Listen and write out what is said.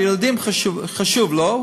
ילדים חשובים לו,